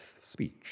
speech